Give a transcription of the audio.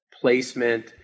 placement